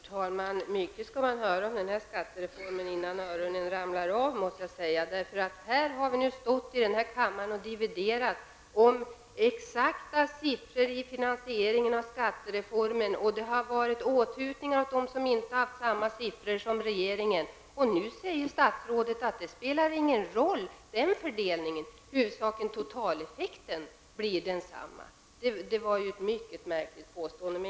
Herr talman! Mycket skall man höra om den här skattereformen innan öronen ramlar av, måste jag säga! Här har vi stått i kammaren och dividerat om exakta siffror när det gällt finansieringen av skattereformen, och det har utdelats åthutningar åt den som inte haft samma siffror som regeringen, och nu säger statsrådet att den fördelningen inte spelar någon roll -- huvudsaken är att totaleffekten blir densamma. Det var ett mycket märkligt påstående!